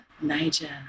Niger